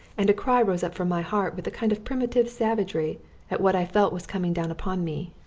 and a cry rose up from my heart with a kind of primitive savagery at what i felt was coming down upon me.